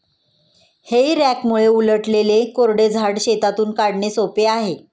हेई रॅकमुळे उलटलेले कोरडे झाड शेतातून काढणे सोपे आहे